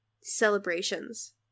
celebrations